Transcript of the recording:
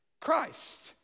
Christ